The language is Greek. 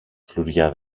φλουριά